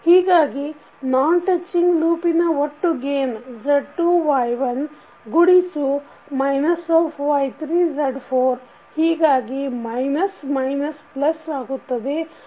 ಹೀಗಾಗಿ non touching ಲೂಪಿನ ಒಟ್ಟು ಗೇನ್ Z2 Y1 ಗುಣಿಸು ಮೈನಸ್ ಆಫ್ Y3 Z4 ಹೀಗಾಗಿ ಮೈನಸ್ ಮೈನಸ್ ಪ್ಲಸ್ ಆಗುತ್ತದೆ